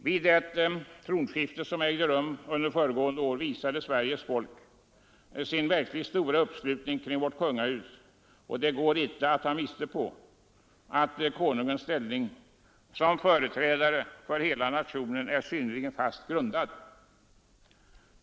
Vid det tronskifte som ägde rum under föregående år visade Sveriges folk sin verkligt stora uppslutning kring vårt kungahus, och det går icke att ta miste på att Konungens ställning som företrädare för hela nationen är synnerligen fast grundad.